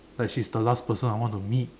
like she's the last person I want to meet